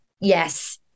yes